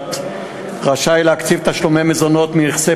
בית-המשפט רשאי להקציב תשלומי מזונות מנכסי